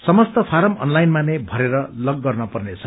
समस्त फ्रारम अनलाइनमा नै भरेर लगु इन गर्नुपर्नेछ